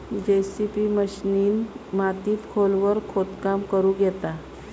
JCB मशिनीन मातीत खोलवर खोदकाम करुक येता